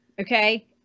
Okay